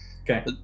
Okay